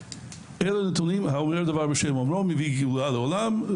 אלה נתונים האומר דבר בשם אומרו מביא גאולה לעולם.